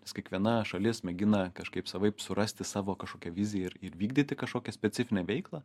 nes kiekviena šalis mėgina kažkaip savaip surasti savo kažkokią viziją ir įvykdyti kažkokią specifinę veiklą